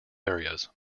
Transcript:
areas